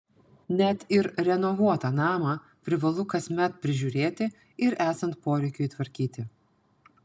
net ir renovuotą namą privalu kasmet prižiūrėti ir esant poreikiui tvarkyti